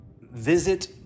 visit